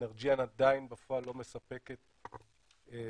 אנרג'יאן עדיין בפועל לא מספקת גז,